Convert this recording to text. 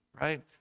right